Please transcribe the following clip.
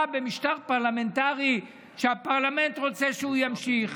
במשטר פרלמנטרי כשהפרלמנט רוצה שהוא ימשיך,